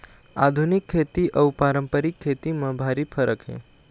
आधुनिक खेती अउ पारंपरिक खेती म भारी फरक हे